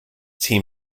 team